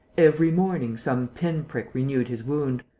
every morning, some pin-prick renewed his wound.